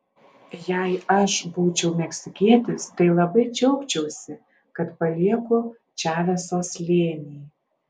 jei aš būčiau meksikietis tai labai džiaugčiausi kad palieku čaveso slėnį